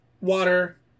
water